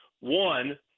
one